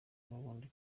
n’ubundi